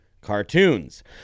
cartoons